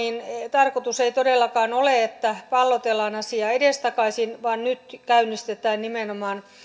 tarkoitus ei todellakaan ole että pallotellaan asiaa edestakaisin vaan nyt käynnistetään nimenomaan